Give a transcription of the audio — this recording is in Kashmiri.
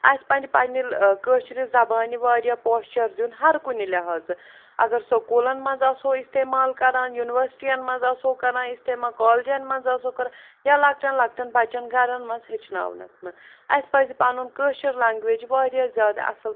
اسہِ پزِ پننہِ ٲں کٲشِرِ زبانہِ واریاہ پوچھر دیٛن ہر کُنہِ لِحاظہٕ اگر سکوٗلَن منٛز آسو اِستعمال کَران یونیٖوَرسٹیَن منٛز آسو کَران استعمال کالجیٚن منٛز آسو کران یا لۄکٹیٚن لۄکٹیٚن بَچیٚن گھرَن منٛز ہیٚچھناونَس منٛز اسہِ پَزِ پَنُن کٲشِر لنٛگویج واریاہ زیادٕ اصٕل